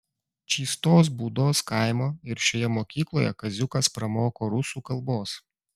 čystos būdos kaimo ir šioje mokykloje kaziukas pramoko rusų kalbos